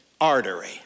artery